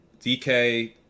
DK